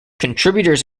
contributors